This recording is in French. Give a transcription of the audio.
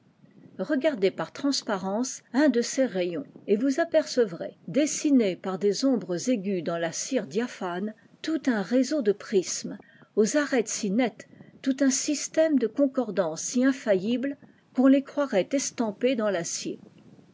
regardez par transparence un de ces rayons et vous apercevrez dessinés par des ombres aiguës dans la cire diaphane tout un réseau de prismes aux i arêtes si nettes tout un système de concordances si infaillibles qu'on les croirait estampées dans l'acier